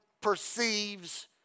perceives